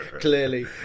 Clearly